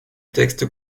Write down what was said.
textes